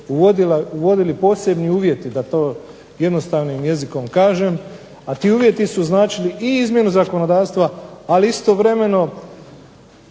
uvodili posebni uvjeti, da to jednostavnim jezikom kažem, a ti uvjeti su značili i izmjenu zakonodavstva, ali istovremeno